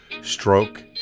stroke